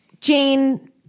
Jane